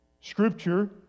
Scripture